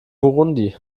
burundi